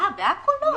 אה, בעכו לא.